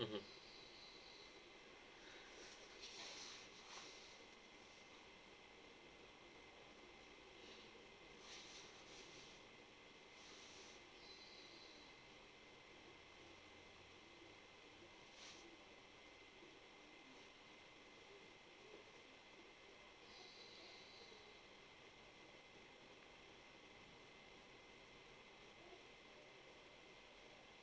mmhmm